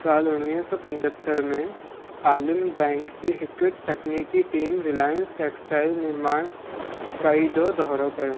साल उणवीह सौ पंजहतरि में आलिम बैंक जी हिकु टकनीकी टीम रिलायंस टेक्सटाइल्स निर्माण इकाई जो दौरो कयो